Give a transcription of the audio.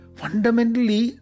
fundamentally